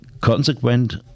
consequent